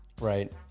right